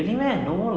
and then